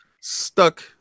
stuck